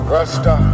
Rasta